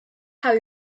how